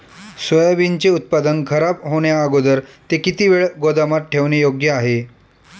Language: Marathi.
सोयाबीनचे उत्पादन खराब होण्याअगोदर ते किती वेळ गोदामात ठेवणे योग्य आहे?